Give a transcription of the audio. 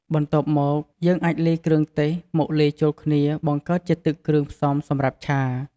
បន្ទាប់មក យើងអាចលាយគ្រឿងទេសមកលាយចូលគ្នាបង្កើតជាទឹកគ្រឿងផ្សំសម្រាប់ឆា។